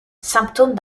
symptôme